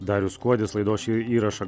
darius kuodis laidos įrašą